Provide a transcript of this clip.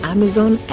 Amazon